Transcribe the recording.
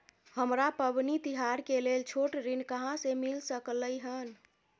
हमरा पबनी तिहार के लेल छोट ऋण कहाँ से मिल सकलय हन?